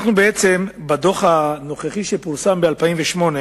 בדוח הנוכחי, שפורסם, אנחנו מגלים שב-2008